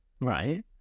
Right